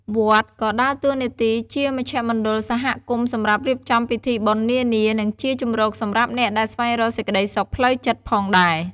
វត្តក៏ដើរតួនាទីជាមជ្ឈមណ្ឌលសហគមន៍សម្រាប់រៀបចំពិធីបុណ្យនានា និងជាជម្រកសម្រាប់អ្នកដែលស្វែងរកសេចក្ដីសុខផ្លូវចិត្តផងដែរ។